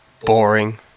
boring